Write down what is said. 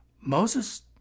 Moses